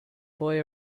boy